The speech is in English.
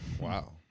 Wow